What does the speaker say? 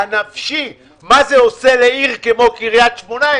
הנפשי מה זה עושה לעיר כמו קריית שמונה.